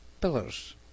pillars